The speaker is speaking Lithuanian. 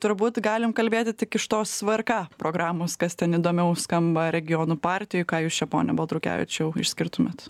turbūt galim kalbėti tik iš tos vrk programos kas ten įdomiau skamba regionų partijoj ką jūs čia pone baltrukevičiau išskirtumėt